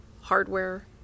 hardware